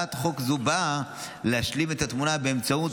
הצעת חוק זו באה להשלים את התמונה באמצעות